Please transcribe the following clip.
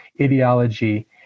ideology